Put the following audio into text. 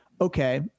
okay